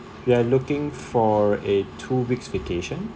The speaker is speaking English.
we are looking for a two weeks vacation